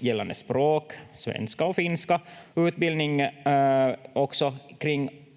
gällande språk — svenska och finska — utbildning också kring hurdant